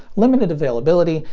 limited availability,